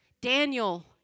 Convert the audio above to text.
Daniel